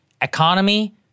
economy